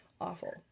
awful